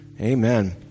Amen